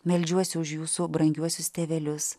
meldžiuosi už jūsų brangiuosius tėvelius